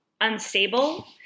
unstable